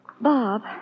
Bob